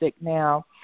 now